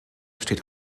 steht